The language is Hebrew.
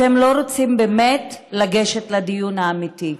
אתם לא רוצים באמת לגשת לדיון האמיתי,